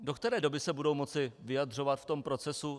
Do které doby se budou moci vyjadřovat v tom procesu?